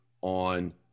on